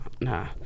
nah